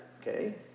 okay